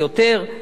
שני סיבובים.